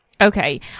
Okay